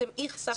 אתם איכסה".